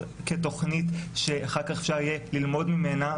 כתוכנית שאחר כך אפשר יהיה ללמוד ממנה,